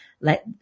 let